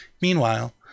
Meanwhile